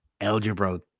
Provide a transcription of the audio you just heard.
algebra